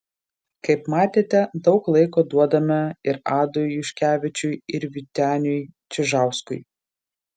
kaip matėte daug laiko duodame ir adui juškevičiui ir vyteniui čižauskui